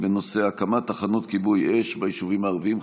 בנושא: הקמת תחנות כיבוי אש ביישובים הערביים.